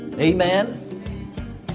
Amen